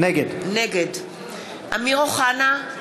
נגד אמיר אוחנה,